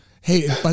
hey